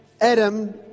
Adam